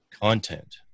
content